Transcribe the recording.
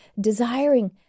desiring